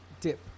dip